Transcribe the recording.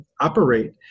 operate